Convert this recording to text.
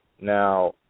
Now